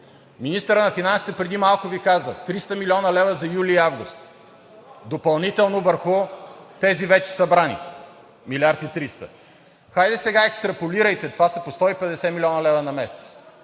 Министърът на финансите преди малко Ви каза: 300 млн. лв. за юли и август допълнително върху тези вече събрани 1 млрд. 300 млн. лв. Хайде сега екстраполирайте, това са по 150 млн. лв. на месец.